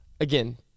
again